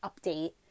update